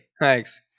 Thanks